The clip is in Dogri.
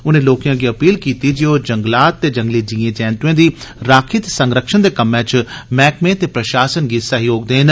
उनें लोकें अग्गें अपील कीती जे ओ जंगलात ते जंगली जीए जैतुए दी राख ीते संरक्षण दे कम्मै च मैह्कमे ते प्रशासन गी सैह्योग देन